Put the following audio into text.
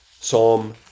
Psalm